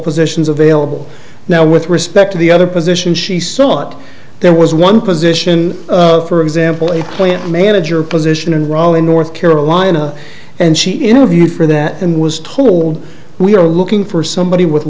positions available now with respect to the other position she sought there was one position for example a plant manager position in raleigh north carolina and she interviewed for that and was told we are looking for somebody with